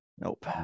Nope